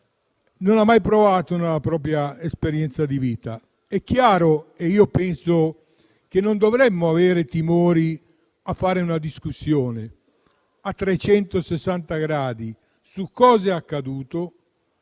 aveva mai provato nella propria esperienza di vita. Penso che non dovremmo avere timori a fare una discussione a 360 gradi su cosa è accaduto